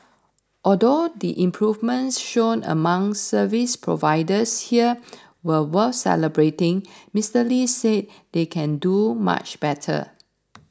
although the improvements shown among service providers here were worth celebrating Mister Lee said they can do much better